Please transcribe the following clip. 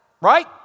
right